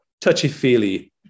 touchy-feely